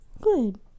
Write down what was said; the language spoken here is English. good